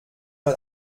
mal